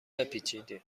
بپیچید